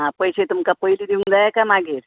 आं पयशें तुमकां पयलीं दिवंक जाय काय मागीर